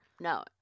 No